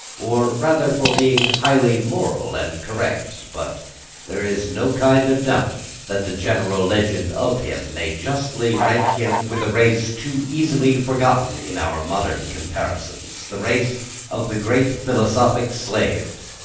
or rather for being highly moral and correct. but there is no kind of doubt that the general legend of him may justly rank him with a race too easily forgotten in our modern comparisons the race of the great philosophic slaves.